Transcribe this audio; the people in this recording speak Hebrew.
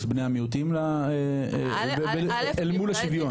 גיוס בני המיעוטים אל מול השוויון?